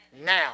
Now